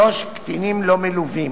3. קטינים לא מלווים,